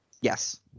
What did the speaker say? Yes